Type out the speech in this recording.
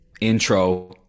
intro